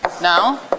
Now